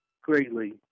greatly